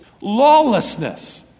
lawlessness